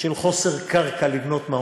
של חוסר קרקע לבנות מעון.